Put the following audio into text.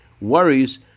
worries